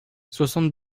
soixante